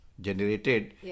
generated